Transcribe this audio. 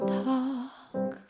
talk